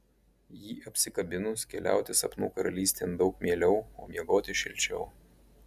jį apsikabinus keliauti sapnų karalystėn daug mieliau o miegoti šilčiau